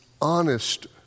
honest